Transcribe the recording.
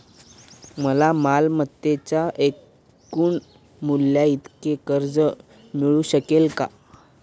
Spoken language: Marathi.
मला मालमत्तेच्या एकूण मूल्याइतके गृहकर्ज मिळू शकेल का?